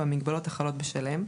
והמגבלות החלות בשלהם,